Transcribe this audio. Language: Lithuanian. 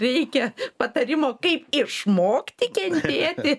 reikia patarimo kaip išmokti kentėti